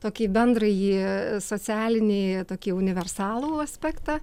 tokį bendrąjį socialinį tokį universalų aspektą